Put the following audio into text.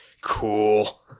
Cool